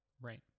Right